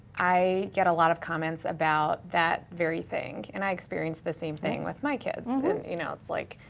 i get a lot of comments about that very thing. and i experienced the same thing with my kids and you know, it's like,